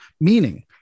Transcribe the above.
meaning